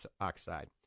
oxide